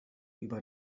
über